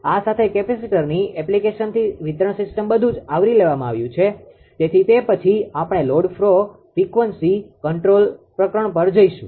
આ સાથે કેપેસીટરની એપ્લિકેશનથી વિતરણ સીસ્ટમ બધું જ આવરી લેવામાં આવ્યું છે તેથી તે પછી આપણે load frequency control frequency control load આવર્તન નિયંત્રણ પ્રકરણ પર જઈશું